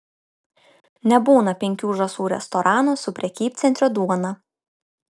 nebūna penkių žąsų restorano su prekybcentrio duona